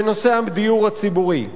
בנושא הדיור הציבורי.